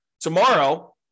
tomorrow